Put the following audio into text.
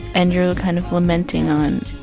and you're kind of lamenting on,